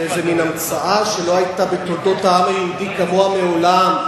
זו מין המצאה שלא היתה בתולדות העם היהודי כמוה מעולם,